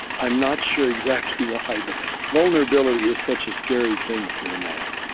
i'm not sure exactly why but vulnerability is such a scary thing for a man.